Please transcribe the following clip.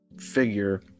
figure